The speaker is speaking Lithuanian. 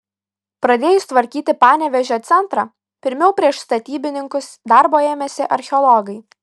pradėjus tvarkyti panevėžio centrą pirmiau prieš statybininkus darbo ėmėsi archeologai